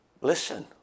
listen